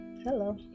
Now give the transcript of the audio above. hello